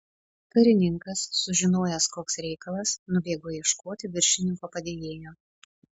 karininkas sužinojęs koks reikalas nubėgo ieškoti viršininko padėjėjo